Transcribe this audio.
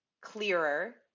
clearer